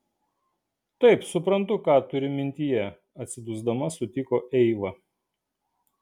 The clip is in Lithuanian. taip suprantu ką turi mintyje atsidusdama sutiko eiva